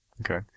okay